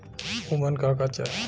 उमन का का चाही?